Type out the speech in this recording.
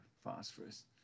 phosphorus